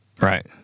Right